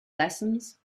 lessons